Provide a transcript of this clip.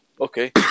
okay